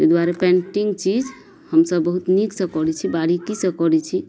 ताहि दुआरे पेन्टिंग चीज हमसब बहुत नीकसँ करै छी बारह की सऽ करै छी